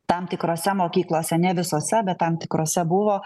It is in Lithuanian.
tam tikrose mokyklose ne visose bet tam tikrose buvo